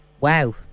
wow